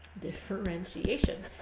Differentiation